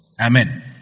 Amen